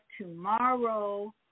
tomorrow